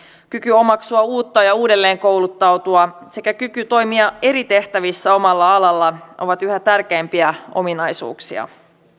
kyky omaksua uutta ja uudelleenkouluttautua sekä kyky toimia eri tehtävissä omalla alalla ovat yhä tärkeämpiä ominaisuuksia